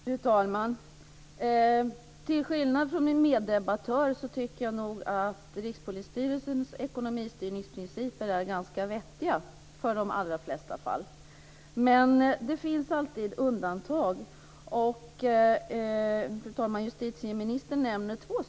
Fru talman! Till skillnad från min meddebattör tycker jag nog att Rikspolisstyrelsens ekonomistyrningsprinciper är ganska vettiga för de allra flesta fall. Men det finns alltid undantag. Justitieministern nämner två.